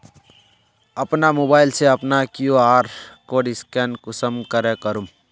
अपना मोबाईल से अपना कियु.आर कोड स्कैन कुंसम करे करूम?